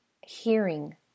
hearing